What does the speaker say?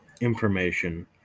information